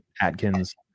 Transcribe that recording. atkins